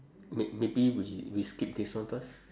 may~ maybe we skip this one first